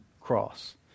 cross